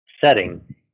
setting